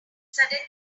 suddenly